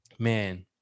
Man